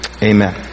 Amen